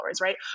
right